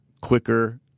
Quicker